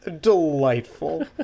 delightful